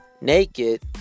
naked